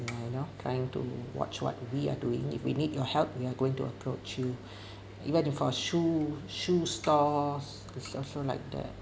ah you know trying to watch what we are doing if we need your help we are going to approach you even if for shoe shoe stores is also like that